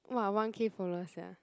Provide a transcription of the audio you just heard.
!wah! one K follower sia